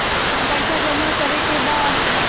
पैसा जमा करे के बा?